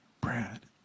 Brad